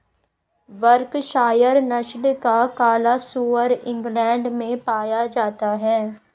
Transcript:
Berkshire नस्ल का काला सुअर इंग्लैण्ड में पाया जाता है